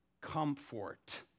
comfort